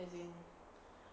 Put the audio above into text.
as in